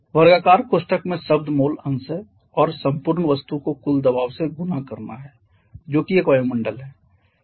वर्गाकार कोष्ठक में शब्द मोल अंश है और संपूर्ण वस्तु को कुल दबाव से गुणा करना है जो कि एक वायुमंडल है